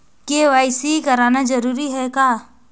KYC कराना जरूरी है का?